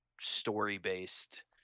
story-based